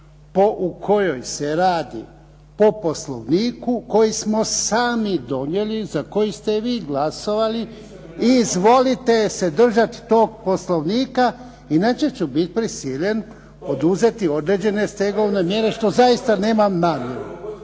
u kojoj se radi po Poslovniku koji smo sami donijeli, za koji ste vi glasovali i izvolite se držat tog Poslovnika, inače ću bit prisiljen poduzeti određene stegovne mjere što zaista nemam namjeru.